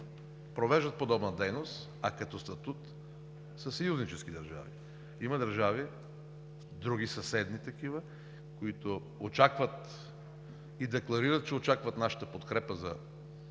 провеждат подобна дейност, а като статут са съюзнически държави. Има държави, други съседни такива, които очакват и декларират, че очакват нашата подкрепа за